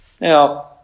Now